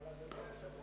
אבל, אדוני היושב-ראש,